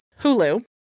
Hulu